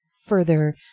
further